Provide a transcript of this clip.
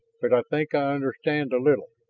but i think i understand a little.